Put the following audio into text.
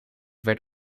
werd